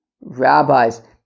rabbis